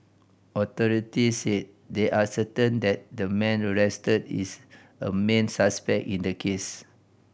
authorities said they are certain that the man arrested is a main suspect in the case